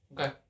Okay